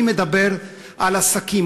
אני מדבר על עסקים,